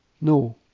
No